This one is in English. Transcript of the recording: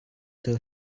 tell